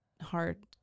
hard